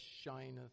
shineth